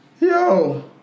Yo